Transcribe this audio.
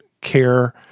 care